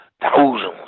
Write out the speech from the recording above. thousands